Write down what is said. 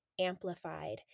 amplified